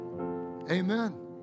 Amen